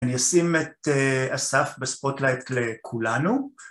אני אשים את אסף בספוטלייט לכולנו.